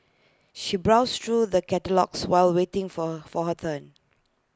she browsed through the catalogues while waiting for for her turn